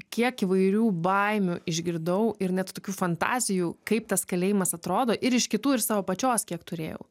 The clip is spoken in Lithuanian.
kiek įvairių baimių išgirdau ir net tokių fantazijų kaip tas kalėjimas atrodo ir iš kitų ir savo pačios kiek turėjau